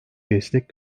destek